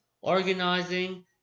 organizing